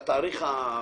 תודה.